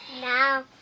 now